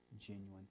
genuine